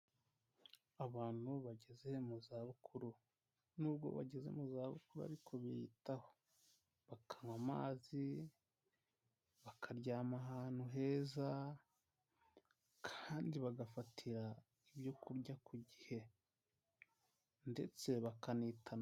Abantu bageze mu za bukuru, nubwo bageze mu zabukuru ariko biyitaho, bakaywa amazi, bakaryama ahantu heza kandi bagafatira ibyo kurya ku gihe ndetse bakanita.